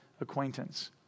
acquaintance